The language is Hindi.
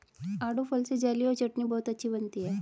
आड़ू फल से जेली और चटनी बहुत अच्छी बनती है